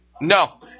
No